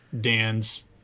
Dan's